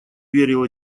верил